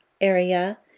area